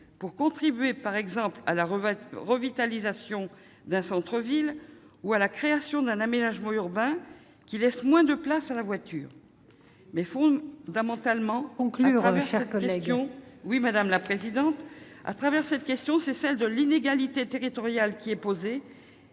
pour contribuer, par exemple, à la revitalisation d'un centre-ville ou à la création d'un aménagement urbain qui laisse moins de place à la voiture. Il faut conclure, ma chère collègue. Fondamentalement, à travers cette question, c'est celle de l'inégalité territoriale qui est posée.